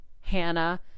Hannah